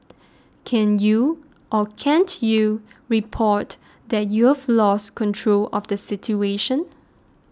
can you or can't you report that you've lost control of the situation